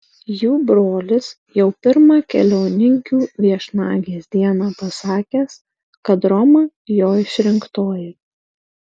jų brolis jau pirmą keliauninkių viešnagės dieną pasakęs kad roma jo išrinktoji